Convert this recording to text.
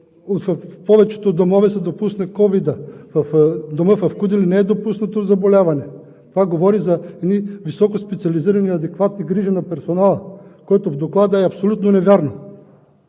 В повечето домове се допусна COVID. В Дома в Куделин не е допуснато заболяване. Това говори за високоспециализирани, адекватни грижи на персонала, което в Доклада е абсолютно невярно.